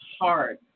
hard